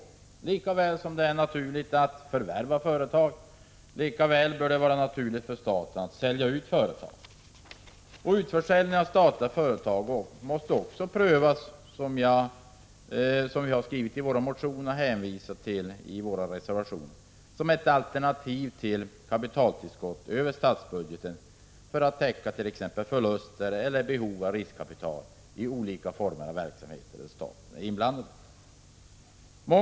På samma sätt som det är naturligt att förvärva företag bör det vara naturligt för staten att sälja ut företag. Utförsäljning av statliga företag måste också prövas som ett alternativ till kapitaltillskott över statsbudgeten för att täcka t.ex. förluster eller behovet av riskkapital i olika former av verksamhet där staten är inblandad. Det har vi skrivit i våra motioner, som vi hänvisat till i våra reservationer.